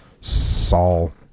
Saul